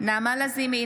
נעמה לזימי,